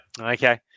Okay